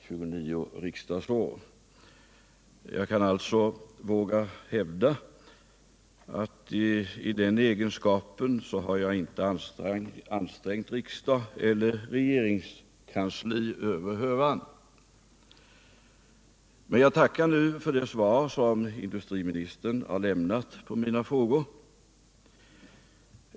Jag kan alltså våga hävda att jag i den egenskapen inte har ansträngt vare sig riksdag eller regeringskansli över hövan. Jag tackar nu för det svar som industriministern har lämnat på mina frågor.